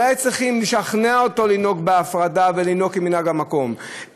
לא היו צריכים לשכנע אותו לנהוג בהפרדה ולנהוג כמנהג המקום,